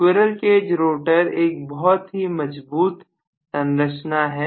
squirrel cage rotor एक बहुत ही मजबूत संरचना है